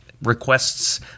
requests